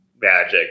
magic